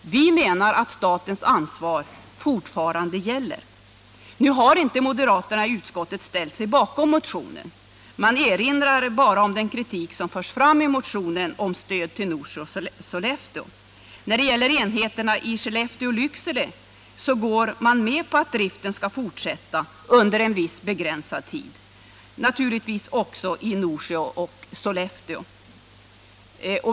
Vi menar att statens ansvar fortfarande gäller. Nu har moderaterna i utskottet inte ställt sig bakom motionen. Man erinrar bara om den kritik som förts fram i motionen om stöd till Norsjö och Sollefteå. När det gäller enheterna i Skellefteå och Lycksele går de med på att driften skall få fortsätta under en viss begränsad tid. Det gäller naturligtvis också Norsjö och Skellefteå.